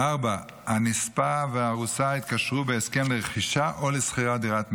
4. הנספה והארוסה התקשרו בהסכם לרכישה או לשכירה של דירת מגורים.